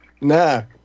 No